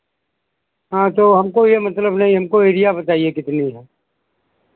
हाँ तो हमको ये मतलब नहीं हमको एरिया बताइए कितनी है